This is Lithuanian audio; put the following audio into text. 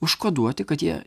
užkoduoti kad jie